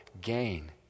gain